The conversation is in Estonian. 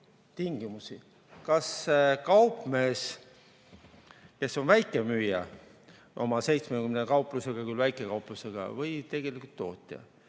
kas kaupmees, kes on väikemüüja oma 70 kauplusega, küll väikekauplusega, või tegelikult tootja?